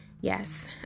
Yes